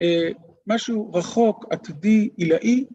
משהו רחוק, עתידי, עילאי.